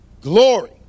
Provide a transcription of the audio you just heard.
glory